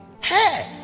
hey